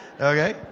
Okay